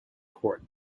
court